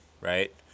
right